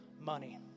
money